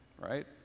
right